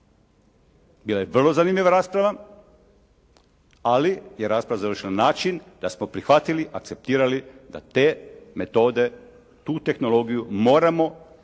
Bila je vrlo zanimljiva rasprava ali je rasprava završila na način da smo prihvatili, akceptirali da te metode, tu tehnologiju moramo prihvatiti